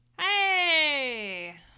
Hey